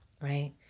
right